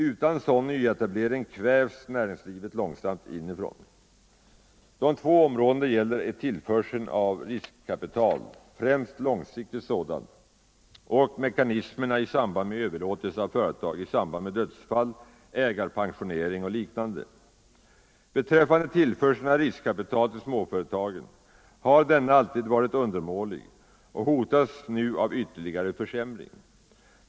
Utan sådan nyetablering kvävs näringslivet långsamt inifrån. De två områdena det gäller är tillförseln av riskkapital, främst långsiktigt sådant, och mekanismerna i samband med överlåtelse av företag i samband med dödsfall, ägarpensionering och liknande. Tillförseln av riskkapital till småföretagen har alltid varit undermålig och hotas nu av ytterligare försämring.